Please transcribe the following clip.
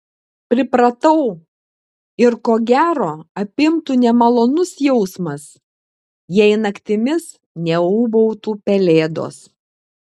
pripratau ir ko gero apimtų nemalonus jausmas jei naktimis neūbautų pelėdos